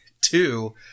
two